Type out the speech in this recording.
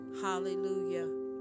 Hallelujah